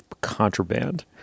contraband